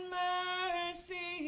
mercy